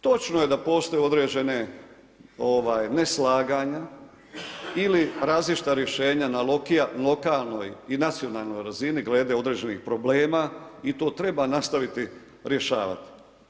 Točno je da postoje određene neslaganja, ili različita rješenja na lokalnoj i nacionalnoj razini glede određenih problema i to treba nastaviti rješavati.